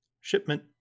Shipment